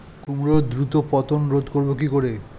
কুমড়োর দ্রুত পতন রোধ করব কি করে?